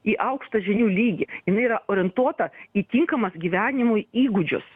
į aukštą žinių lygį jinai yra orientuota į tinkamas gyvenimui įgūdžius